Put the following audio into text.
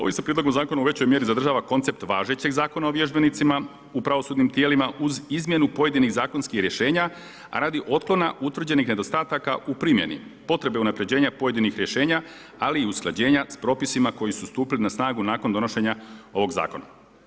Ovim se prijedlogom zakona u većoj mjeri zadržava koncept važećeg zakona o vježbenicima u pravosudnim tijelima uz izmjenu pojedinih zakonskih rješenja radi otklona utvrđenih nedostataka u primjeni, potrebe unaprjeđenja pojedinih rješenja ali i usklađenja s propisima koji su stupili na snagu nakon donošenja ovog zakona.